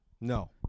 No